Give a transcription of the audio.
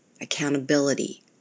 accountability